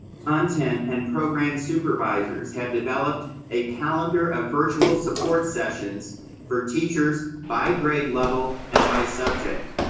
content and program supervisors have developed a calendar of virtual support sessions for teachers by grade level and by subject.